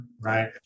right